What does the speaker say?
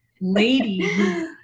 Lady